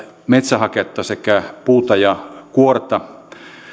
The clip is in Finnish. metsähaketta sekä puuta ja kuorta